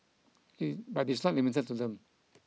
he but is not limited to them